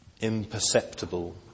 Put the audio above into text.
imperceptible